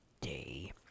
day